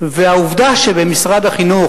והעובדה שבמשרד החינוך,